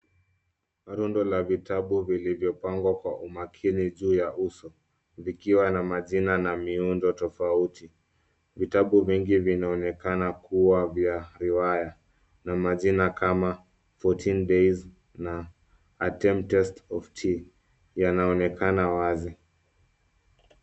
Rundo la vitabu vilivyopangwa kwa makini juu ya uso, vikiwa na majina, na miundo tofauti. Vitabu vingi vinaonekana kuwa vya riwaya, na majina kama Fourteen Days , na A Tempest of Tea yanaonekana wazi.